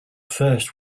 first